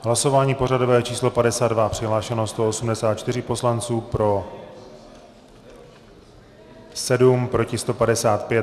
Hlasování pořadové číslo 52, přihlášeno 184 poslanců, pro 7, proti 155.